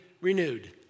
renewed